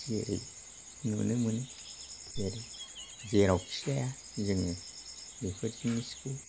जेरै नुनो मोनो जेरै जेरावखि जाया जोङो बेफोर जिनिसखौ